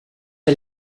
que